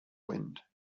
wind